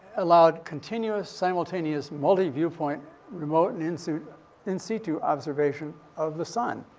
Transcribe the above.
allowed continuous, simultaneous multi-viewpoint remote and insu in-situ observation of the sun,